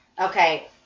Okay